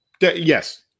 yes